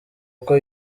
kuko